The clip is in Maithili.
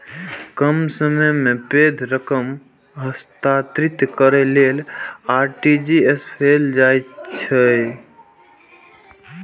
कम समय मे पैघ रकम हस्तांतरित करै लेल आर.टी.जी.एस कैल जाइ छै